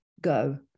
go